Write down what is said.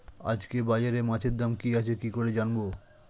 আজকে বাজারে মাছের দাম কি আছে কি করে জানবো?